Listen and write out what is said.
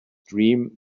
dream